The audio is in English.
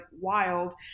wild